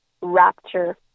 rapture